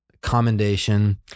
commendation